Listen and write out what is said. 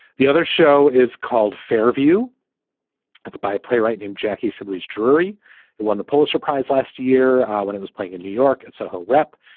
the other show is called fairview by a playwright named jackie sibley drury who won the pulitzer prize last year when it was playing in new york and so rep.